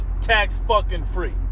tax-fucking-free